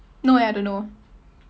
no eh I don't know